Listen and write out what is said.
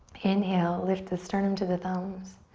inhale, lift the sternum to the thumbs.